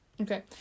Okay